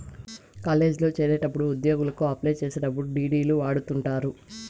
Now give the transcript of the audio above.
కాలేజీల్లో చేరేటప్పుడు ఉద్యోగలకి అప్లై చేసేటప్పుడు డీ.డీ.లు కడుతుంటారు